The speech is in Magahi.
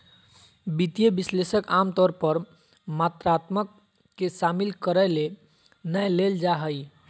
वित्तीय विश्लेषक आमतौर पर मात्रात्मक के शामिल करय ले नै लेल जा हइ